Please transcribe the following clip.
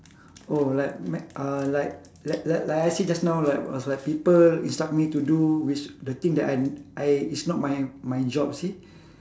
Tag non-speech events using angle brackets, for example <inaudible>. oh like <noise> uh like like like like I said just now like was like people instruct me to do with the thing that I'm I is not my my job you see